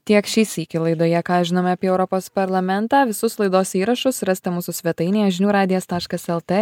tiek šį sykį laidoje ką žinome apie europos parlamentą visus laidos įrašus rasite mūsų svetainėje žinių radijas taškas lt